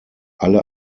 alle